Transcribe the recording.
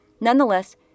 Nonetheless